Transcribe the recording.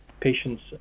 patients